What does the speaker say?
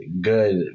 good